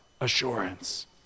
assurance